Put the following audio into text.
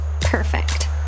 perfect